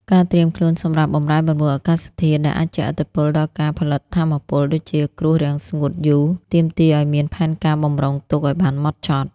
ការត្រៀមខ្លួនសម្រាប់ "បម្រែបម្រួលអាកាសធាតុ" ដែលអាចជះឥទ្ធិពលដល់ការផលិតថាមពល (ដូចជាគ្រោះរាំងស្ងួតយូរ) ទាមទារឱ្យមានផែនការបម្រុងទុកឱ្យបានហ្មត់ចត់។